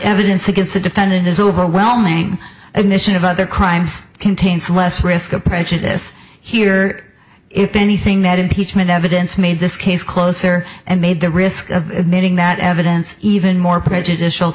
evidence against the defendant is overwhelming admission of other crimes contains less risk of prejudice here if anything that impeachment evidence made this case closer and made the risk of admitting that evidence even more prejudicial